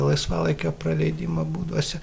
laisvalaikio praleidimo būduose